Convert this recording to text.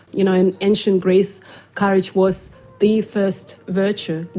you know in ancient greece courage was the first virtue,